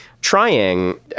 trying